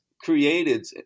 created